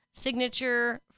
signature